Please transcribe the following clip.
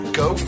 go